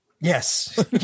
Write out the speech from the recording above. Yes